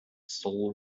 soul